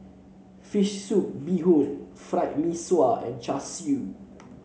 Fish Soup Bee Hoon Fried Mee Sua and Char Siu